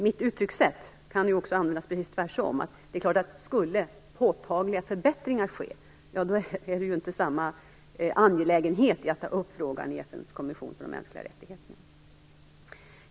Mitt uttryckssätt kan ju också tolkas precis tvärtom, därför att om påtagliga förbättringar skulle ske är det ju inte lika angeläget att ta upp frågan i FN:s kommission för de mänskliga rättigheterna.